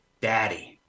daddy